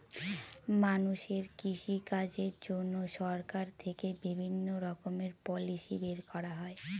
মানুষের কৃষিকাজের জন্য সরকার থেকে বিভিণ্ণ রকমের পলিসি বের করা হয়